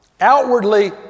Outwardly